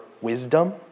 wisdom